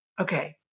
Okay